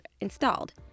installed